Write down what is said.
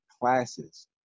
classes